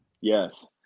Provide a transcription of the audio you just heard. Yes